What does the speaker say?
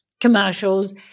commercials